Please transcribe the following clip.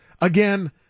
Again